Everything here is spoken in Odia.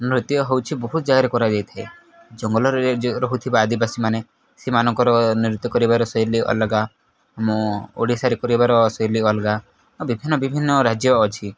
ନୃତ୍ୟ ହେଉଛିି ବହୁତ ଜାଗାରେ କରାଯାଇଥାଏ ଜଙ୍ଗଲରେ ରହୁଥିବା ଆଦିବାସୀମାନେ ସେମାନଙ୍କର ନୃତ୍ୟ କରିବାର ଶୈଲୀ ଅଲଗା ଆମ ଓଡ଼ିଶାରେ କରିବାର ଶୈଲୀ ଅଲଗା ଆ ବିଭିନ୍ନ ବିଭିନ୍ନ ରାଜ୍ୟ ଅଛି